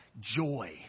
joy